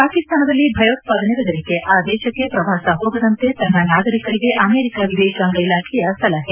ಪಾಕಿಸ್ತಾನದಲ್ಲಿ ಭಯೋತ್ಪಾದನೆ ಬೆದರಿಕೆ ಆ ದೇಶಕ್ಕೆ ಪ್ರವಾಸ ಹೋಗದಂತೆ ತನ್ನ ನಾಗರಿಕರಿಗೆ ಅಮೆರಿಕ ವಿದೇಶಾಂಗ ಇಲಾಖೆಯ ಸಲಹೆ